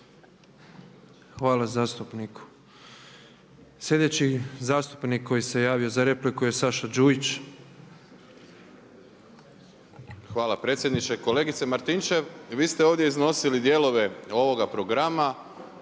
Hvala zastupniku. Sljedeći zastupnik koji se javio za repliku je Saša Đujić. **Đujić, Saša (SDP)** Hvala predsjedniče. Kolegice Martinčev, vi ste ovdje iznosili dijelove ovoga programa